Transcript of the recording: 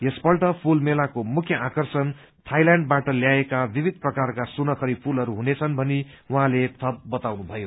यसपल्ट फूल मेलाको मुख्य आकर्षण थाइल्याण्डबाट ल्याइएको विविध प्रकारका सुनाखरी फूलहरू हुनछन भनी उहाँले थप बताउनु भयो